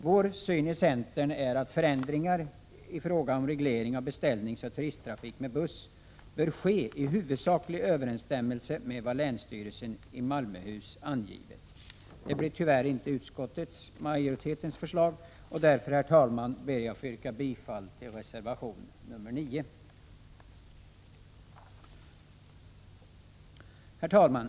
Den syn som vi i centern har är att förändringar i fråga om regleringen av beställningsoch turisttrafik med buss bör ske i huvudsaklig överensstämmelse med vad länsstyrelsen i Malmöhus län angivit. Sådant blev tyvärr inte utskottsmajoritetens förslag, och jag ber därför, herr talman, att få yrka bifall till reservation nr 9. Herr talman!